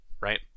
right